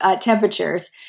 temperatures